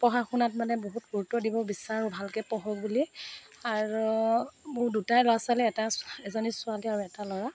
পঢ়া শুনাত মানে বহুত গুৰুত্ব দিব বিচাৰোঁ ভালকে পঢ়ক বুলি আৰু মোৰ দুটাই ল'ৰা ছোৱালী এটা এজনী ছোৱালী আৰু এটা ল'ৰা